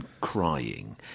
crying